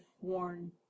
worn